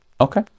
Okay